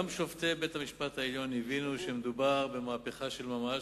גם שופטי בית-המשפט העליון הבינו שמדובר במהפכה של ממש,